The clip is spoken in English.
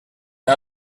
out